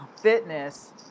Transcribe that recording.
fitness